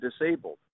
disabled